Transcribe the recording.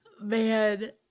man